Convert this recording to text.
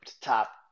top –